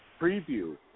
preview